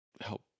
help